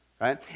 right